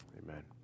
amen